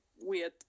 weird